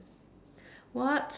what